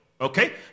Okay